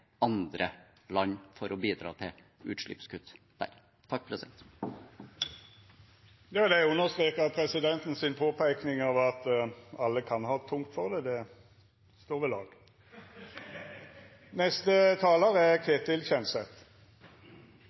andre land for å bidra til utslippskutt der. Presidenten vil understreka at påpeikinga frå presidenten om at alle kan ha tungt for det, står ved lag.